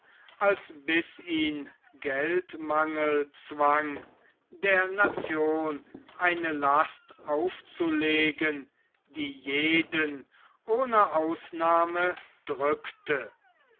als bis ihn geldmangel zwang der nation eine last aufzulegen die jeden ohne ausnahme drückte